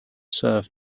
served